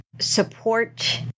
support